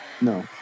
No